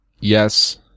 Yes